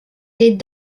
les